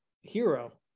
hero